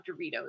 Doritos